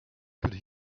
could